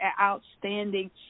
outstanding